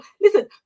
listen